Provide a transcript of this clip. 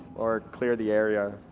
or clear the area.